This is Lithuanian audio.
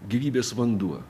gyvybės vanduo